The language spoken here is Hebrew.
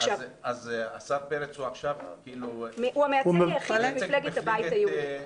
אז השר פרץ עכשיו מייצג -- הוא המייצג היחיד של מפלגת הבית היהודי.